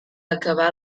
acabar